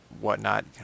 whatnot